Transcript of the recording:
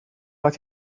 like